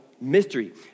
mystery